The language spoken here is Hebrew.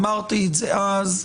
אמרתי את זה אז.